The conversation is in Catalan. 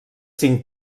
cinc